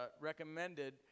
recommended